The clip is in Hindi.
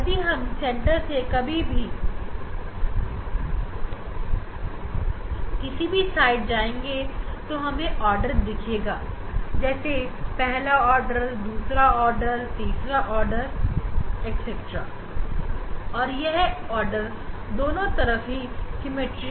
यदि हम सेंटर से किसी भी साइट जाएंगे तो हमें ऑर्डर दिखेगा जैसे पहला ऑर्डर दूसरा आर्डर या तीसरा आर्डर और यह आर्डर दोनों ही तरफ सिमिट्रिकल होगा